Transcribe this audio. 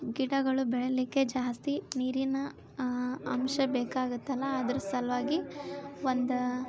ಗಿಡಗಳು ಬೆಳೀಲಿಕ್ಕೆ ಜಾಸ್ತಿ ನೀರಿನ ಅಂಶ ಬೇಕಾಗುತ್ತಲ್ಲ ಅದ್ರ ಸಲುವಾಗಿ ಒಂದು